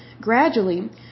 Gradually